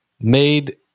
made